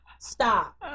stop